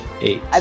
eight